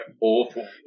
awful